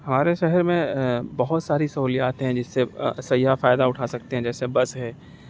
ہمارے شہر میں بہت ساری سہولیات ہیں جس سے سیاح فائدہ اٹھا سکتے ہیں جیسے بس ہے